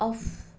off